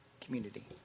community